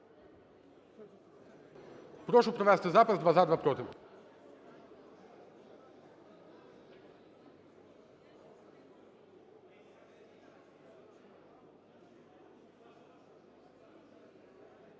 Прошу провести запис: два – за, два – проти.